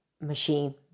machine